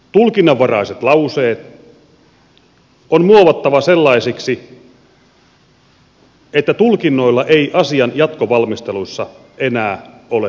tulkinnanvaraiset lauseet on muovattava sellaisiksi että tulkinnoilla ei asian jatkovalmistelussa enää ole sijaa